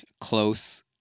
close